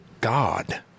God